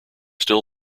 still